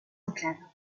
enclaves